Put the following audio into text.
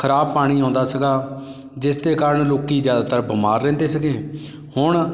ਖਰਾਬ ਪਾਣੀ ਆਉਂਦਾ ਸੀਗਾ ਜਿਸ ਦੇ ਕਾਰਨ ਲੋਕ ਜ਼ਿਆਦਾਤਰ ਬਿਮਾਰ ਰਹਿੰਦੇ ਸੀਗੇ ਹੁਣ